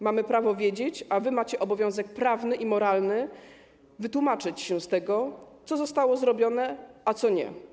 Mamy prawo wiedzieć, a wy macie obowiązek prawny i moralny wytłumaczyć się z tego, co zostało zrobione, a co nie.